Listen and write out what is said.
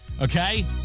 Okay